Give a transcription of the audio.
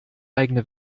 eigene